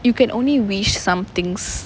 you can only wish somethings